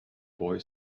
boy